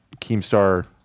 Keemstar